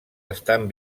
estan